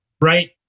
right